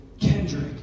Kendrick